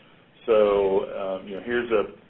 so here's a